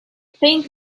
pink